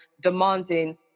demanding